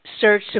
search